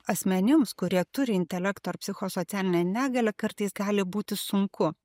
asmenims kurie turi intelekto ar psichosocialinę negalią kartais gali būti sunku